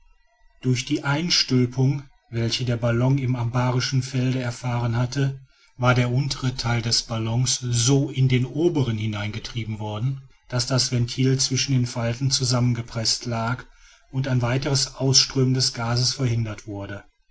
durch die einstülpung welche der ballon im abarischen felde erfahren hatte war der untere teil des ballons so in den oberen hineingetrieben worden daß das ventil zwischen den falten zusammengepreßt lag und ein weiteres ausströmen des gases verhindert wurde